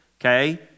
okay